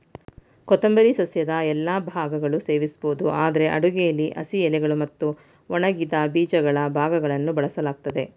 ಕೊತ್ತಂಬರಿ ಸಸ್ಯದ ಎಲ್ಲಾ ಭಾಗಗಳು ಸೇವಿಸ್ಬೋದು ಆದ್ರೆ ಅಡುಗೆಲಿ ಹಸಿ ಎಲೆಗಳು ಮತ್ತು ಒಣಗಿದ ಬೀಜಗಳ ಭಾಗಗಳನ್ನು ಬಳಸಲಾಗ್ತದೆ